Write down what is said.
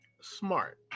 SMART